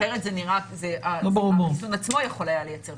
כי אחרת, החיסון עצמו יכול היה לייצר תלות.